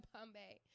Bombay